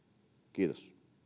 kiitos